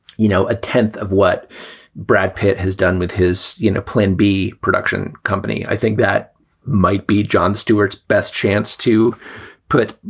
you know, a tenth of what brad pitt has done with his, you know, plan b production company, i think that might be jon stewart's best chance to put,